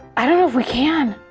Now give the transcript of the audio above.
i don't know if we can.